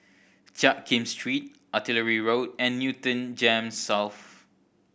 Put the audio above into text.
Jiak Kim Street Artillery Road and Newton GEMS South